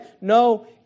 No